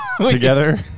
Together